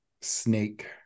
snake